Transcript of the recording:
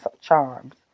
charms